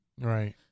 Right